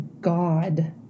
God